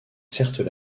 certes